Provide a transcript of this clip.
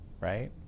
right